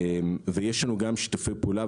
יש לנו גם שיתופי פעולה,